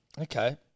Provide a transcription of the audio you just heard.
Okay